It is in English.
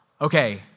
okay